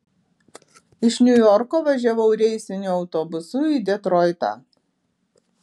iš niujorko važiavau reisiniu autobusu į detroitą